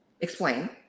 explain